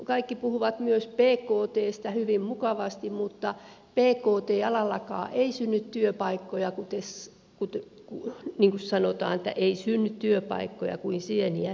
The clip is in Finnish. kaikki puhuvat myös pktstä hyvin mukavasti mutta ei kotijäällään lakkaa ei synny työpaikkoja kiss pkt alallakaan niin kuin sanotaan ei synny työpaikkoja kuin sieniä sateella